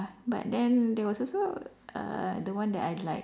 but then there was also uh the one that I like